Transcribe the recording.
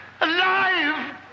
alive